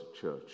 church